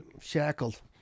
shackled